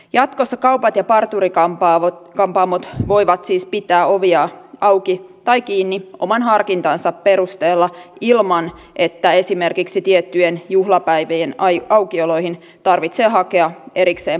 jatkossa kaupat ja parturi kampaamot voivat siis pitää oviaan auki tai kiinni oman harkintansa perusteella ilman että esimerkiksi tiettyjen juhlapäivien aukioloihin tarvitsee hakea erikseen poikkeuslupaa